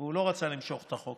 והוא לא רצה למשוך את החוק.